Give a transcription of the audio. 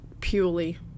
purely